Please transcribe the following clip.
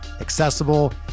accessible